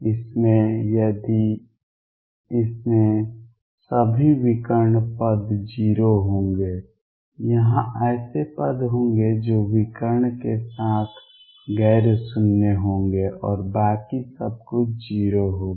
इसमें सभी विकर्ण पद 0 होंगे यहां ऐसे पद होंगे जो विकर्ण के साथ गैर शून्य होंगे और बाकी सब कुछ 0 होगा